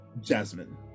Jasmine